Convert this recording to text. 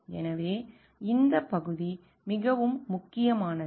எனவே இந்த பகுதி மிகவும் முக்கியமானது